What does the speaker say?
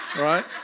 Right